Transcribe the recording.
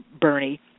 Bernie